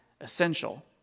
essential